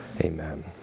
Amen